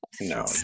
No